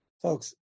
Folks